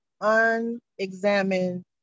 unexamined